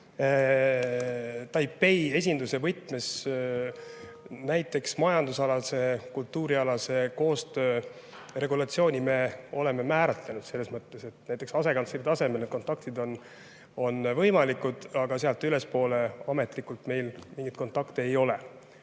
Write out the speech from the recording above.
Taipei esinduse võtmes näiteks majandusalase ja kultuurialase koostöö regulatsiooni me oleme määratlenud – selles mõttes, et näiteks asekantsleri tasemel need kontaktid on võimalikud, aga sealt ülespoole ametlikult meil mingeid kontakte ei ole.